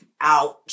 ouch